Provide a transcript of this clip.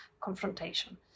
confrontation